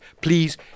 Please